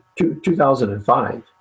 2005